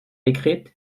écrites